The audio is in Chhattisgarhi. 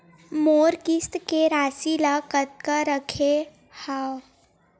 मोर किस्त के राशि ल कतका रखे हाव?